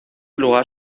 lugar